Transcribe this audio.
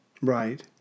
Right